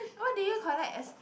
what do you collect as